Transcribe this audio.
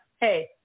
Hey